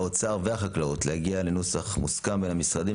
האוצר והחקלאות להגיע לנוסח מוסכם בין המשרדים